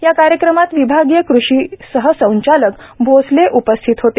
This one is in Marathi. या कार्यक्रमात विभागीय कृषी सहसंचालक भोसले उपस्थित होते